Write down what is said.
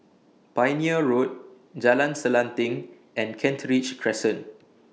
Pioneer Road Jalan Selanting and Kent Ridge Crescent